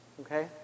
Okay